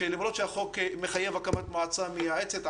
שלמרות שהחוק מחייב הקמת מועצה מייעצת,